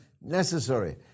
necessary